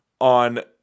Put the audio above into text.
on